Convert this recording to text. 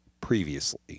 previously